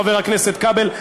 חבר הכנסת כבל,